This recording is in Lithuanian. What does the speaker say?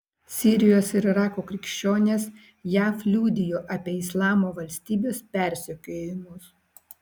sirijos ir irako krikščionės jav liudijo apie islamo valstybės persekiojimus